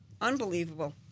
Unbelievable